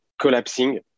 collapsing